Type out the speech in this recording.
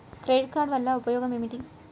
Credit card వల్ల ఉపయోగం ఏమిటీ?